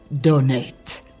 donate